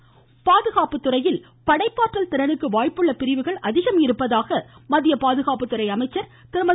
நிர்மலா சீத்தாராமன் பாதுகாப்புத்துறையில் படைப்பாற்றல் திறனுக்கு வாய்ப்புள்ள பிரிவுகள் அதிகம் உள்ளதாக மத்திய பாதுகாப்புத்துறை அமைச்சர் திருமதி